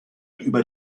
über